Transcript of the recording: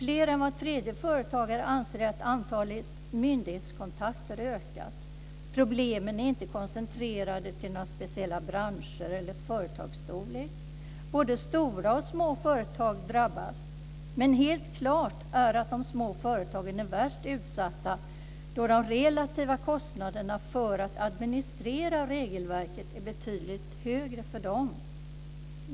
Mer än var tredje företagare anser att antalet myndighetskontakter ökat. Problemen är inte koncentrerade till några speciella branscher eller någon speciell företagsstorlek. Både stora och små företag drabbas. Men helt klart är att de små företagen är värst utsatta då de relativa kostnaderna för att administrera regelverket är betydligt högre för dem.